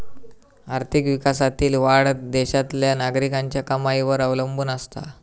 आर्थिक विकासातील वाढ देशातल्या नागरिकांच्या कमाईवर अवलंबून असता